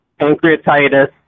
pancreatitis